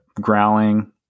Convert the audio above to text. growling